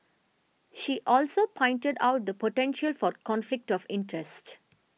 she also pointed out the potential for conflict of interest